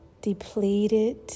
depleted